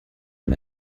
den